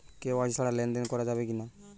KYC ছাড়া লেনদেন করা যাবে কিনা?